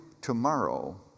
tomorrow